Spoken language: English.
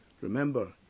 Remember